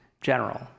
general